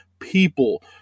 people